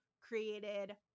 created